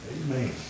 Amen